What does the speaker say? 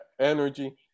energy